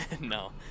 No